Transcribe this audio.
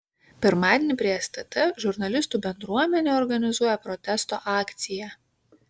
pirmadienį prie stt žurnalistų bendruomenė organizuoja protesto akciją